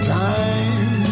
time